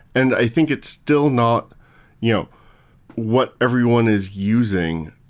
and i think it's still not you know what everyone is using,